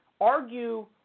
Argue